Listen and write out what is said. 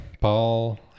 Paul